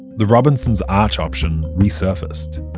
the robinson's arch option resurfaced.